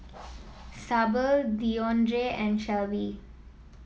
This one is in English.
Sable Deondre and Shelvie